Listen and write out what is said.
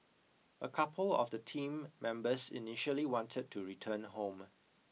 a couple of the team members initially wanted to return home